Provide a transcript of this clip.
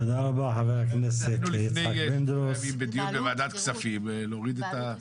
בעלות או שכירות,